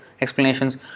explanations